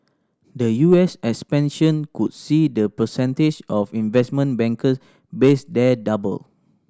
the U S expansion could see the percentage of investment banker based there double